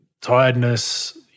tiredness